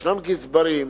יש גזברים,